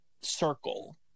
circle